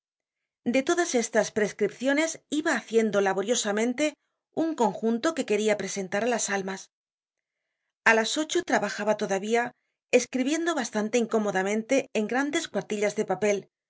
de todas estas prescripciones iba haciendo laboriosamente un conjunto que queria presentar á las almas content from google book search generated at a las ocho trabajaba todavía escribiendo bastante incómodamente en grandes cuartillas de papel con